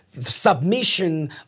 submission